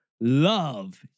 love